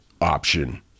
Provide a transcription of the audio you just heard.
option